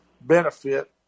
benefit